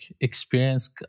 experience